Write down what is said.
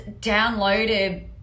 downloaded